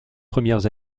premières